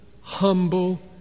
humble